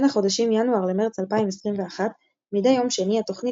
בין החודשים ינואר למרץ 2021 מדי יום שני התכנית